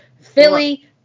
Philly